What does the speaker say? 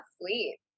sweet